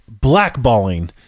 blackballing